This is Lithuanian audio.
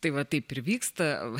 tai va taip ir vyksta